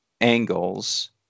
angles